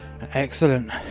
Excellent